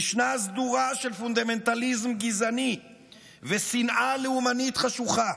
משנה סדורה של פונדמנטליזם גזעני ושנאה לאומנית חשוכה.